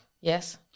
Yes